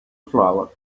flower